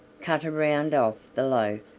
cut a round off the loaf,